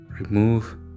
remove